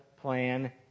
plan